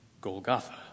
Golgotha